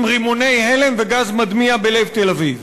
עם רימוני הלם וגז מדמיע בלב תל-אביב.